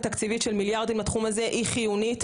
תקציבית של מיליארדים בתחום הזה היא חיונית,